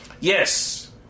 Yes